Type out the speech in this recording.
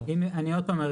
אני עוד פעם אומר,